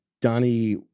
Donnie